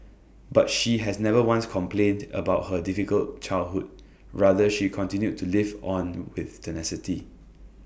but she has never once complained about her difficult childhood rather she continued to live on with tenacity